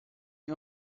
you